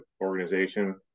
organization